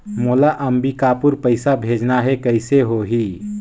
मोला अम्बिकापुर पइसा भेजना है, कइसे होही?